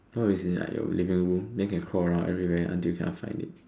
what if it's in like your living room then it can crawl around everywhere until you cannot find it